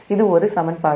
இது ஒரு சமன்பாடு